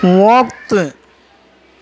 وقت